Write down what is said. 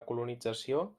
colonització